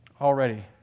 Already